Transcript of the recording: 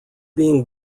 being